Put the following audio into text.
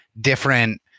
different